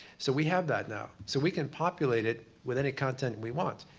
so we have that now so we can populate it with any content we want.